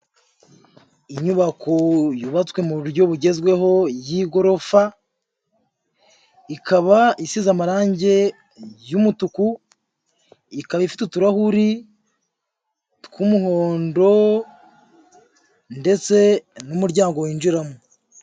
Inyubako yubatswe mu buryo bugezweho y'igorofa, ikaba isize amarangi y'umutuku ikaba ifite utuhuri tw'umuhondo ndetse n'umuryango winjiramo.